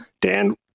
Dan